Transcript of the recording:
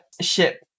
ship